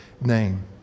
name